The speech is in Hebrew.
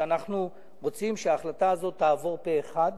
שאנחנו רוצים שההחלטה הזאת תעבור פה אחד,